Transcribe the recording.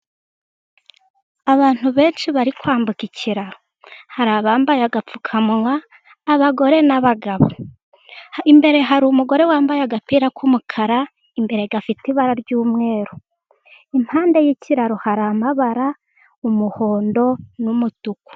Abantu benshi bari kwambuka ikiraro. Hari abambaye agapfukamunwa abagore n'abagabo. Imbere hari umugore wambaye agapira k'umukara imbere gafite ibara ry'umweru. Impande y'ikiraro hari amabara umuhondo n'umutuku.